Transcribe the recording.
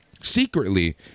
secretly